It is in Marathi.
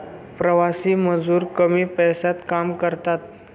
प्रवासी मजूर कमी पैशात काम करतात